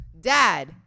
Dad